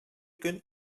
көн